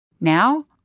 Now